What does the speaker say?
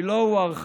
היא לא הוארכה.